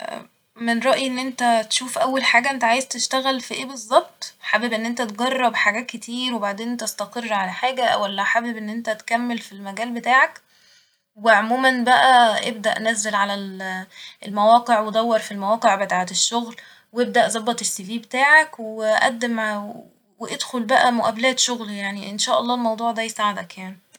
من رأيي ان انت تشوف اول حاجة انت عايز تشتغل ف ايه الظبط حابب ان انت تجرب حاجات كتير وبعدين تستقر على حاجة ولا حابب ان انت تكمل في المجال بتاعك وعموما بقى ابدأ نزل على ال- المواقع ودور في المواقع بتاعت الشغل وابدأ ظبط السي في بتاعك وقدم و- و ادخل بقى مقابلات شغل يعني ان شاء الله الموضوع ده يساعدك يعني